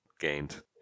Gained